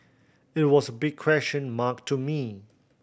it was a big question mark to me